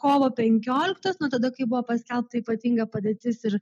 kovo penkioliktos nuo tada kai buvo paskelbta ypatinga padėtis ir